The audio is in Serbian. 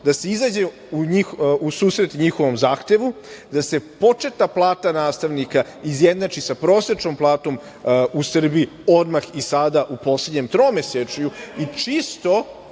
da se izađe u susret njihovom zahtevu, da se početna plata nastavnika izjednači sa prosečnom platom u Srbiji, odmah i sada, u poslednjem tromesečju.